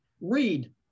read